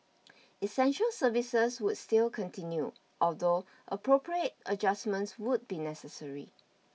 essential services would still continue although appropriate adjustments would be necessary